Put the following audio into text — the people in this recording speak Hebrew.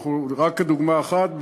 רק כדוגמה אחת,